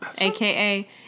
AKA